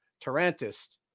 tarantist